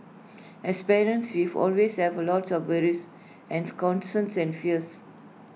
as parents we always have A lots of worries and concerns and fears